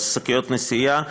שקיות נשיאה,